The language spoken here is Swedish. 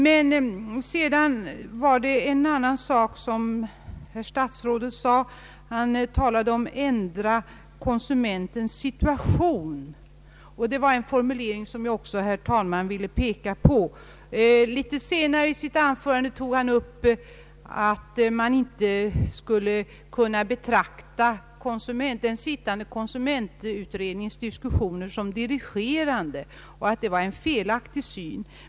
Herr statsrådet Lange talade vidare om att ändra konsumentens situation, och det var en formulering som också jag, herr talman, vill beröra. Litet senare i sitt anförande tog statsrådet upp att man inte borde betrakta den pågående konsumentutredningens diskussioner som dirigerande och menade att detta var en felaktig syn.